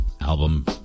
album